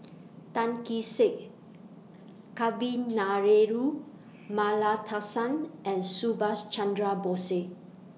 Tan Kee Sek Kavignareru Amallathasan and Subhas Chandra Bose